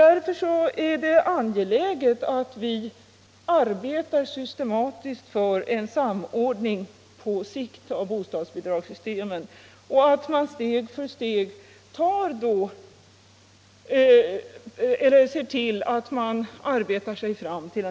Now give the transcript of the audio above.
Därför är det angeläget att vi ar = 7 maj 1976 betar systematiskt för en samordning på sikt av bostadsbidragssystemen och att vi steg för steg försöker få till stånd en sådan samordning.